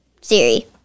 Siri